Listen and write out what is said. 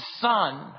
son